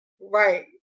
right